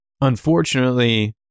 unfortunately